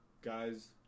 Guys